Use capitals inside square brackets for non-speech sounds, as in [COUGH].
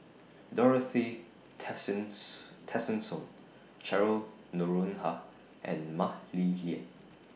Dorothy [UNINTELLIGIBLE] Tessensohn Cheryl Noronha and Mah Li Lian